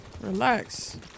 Relax